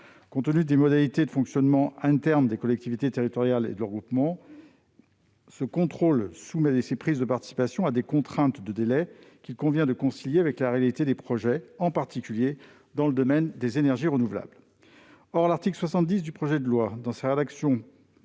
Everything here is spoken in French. Compte tenu des modalités de fonctionnement internes des collectivités territoriales et de leurs groupements, ce contrôle subordonne ces prises de participation à des contraintes de délai qu'il convient de concilier avec la réalité des projets, en particulier dans le domaine des énergies renouvelables. Or l'article 70 du projet de loi, dans la rédaction